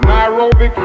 Nairobi